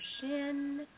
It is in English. shin